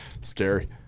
Scary